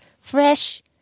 fresh